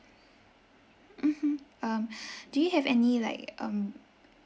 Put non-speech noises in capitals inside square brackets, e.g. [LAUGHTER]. mmhmm um [BREATH] do you have any like um